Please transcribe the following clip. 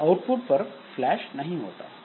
यह आउटपुट पर फ़्लैश नहीं होता